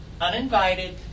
uninvited